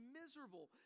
miserable